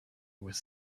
was